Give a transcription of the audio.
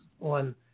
on